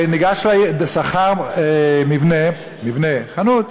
שכר מבנה, מבנה, חנות,